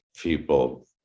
people